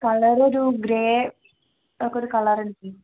colour ഒരു grey colour